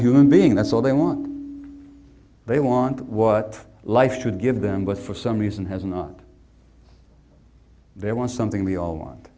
human being that's all they want they want what life should give them but for some reason has not they want something we all want